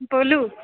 बोलु